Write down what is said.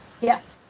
Yes